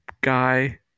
guy